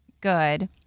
good